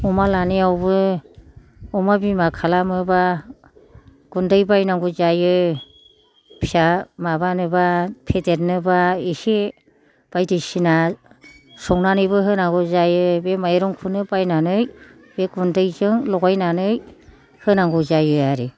अमा लानायावबो अमा बिमा खालामोब्ला गुन्दै बायनांगौ जायो फिसा माबानोब्ला फेदेरनोब्ला एसे बायदिसिना संनानैबो होनांगौ जायो बे माइरंखौनो बायनानै बे गुन्दैजों लगायनानै होनांगौ जायो आरो